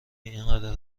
اینقدر